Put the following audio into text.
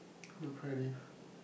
lucrative